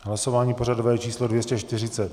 Hlasování pořadové číslo 240.